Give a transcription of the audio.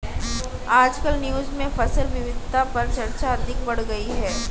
आजकल न्यूज़ में फसल विविधता पर चर्चा अधिक बढ़ गयी है